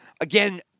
Again